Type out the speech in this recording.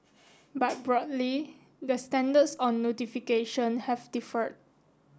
but broadly the standards on notification have differed